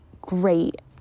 great